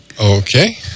Okay